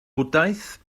bwdhaeth